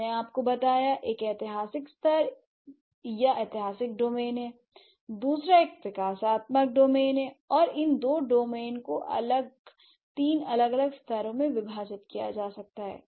मैंने आपको बताया एक ऐतिहासिक स्तर या ऐतिहासिक डोमेन है दूसरा एक विकासात्मक डोमेन है और इन दो डोमेन को तीन अलग अलग स्तरों में विभाजित किया जा सकता है